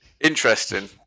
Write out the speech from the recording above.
Interesting